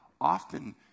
often